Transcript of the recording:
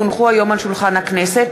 כי הונחו היום על שולחן הכנסת,